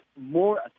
more